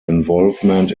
involvement